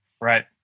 Right